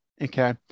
okay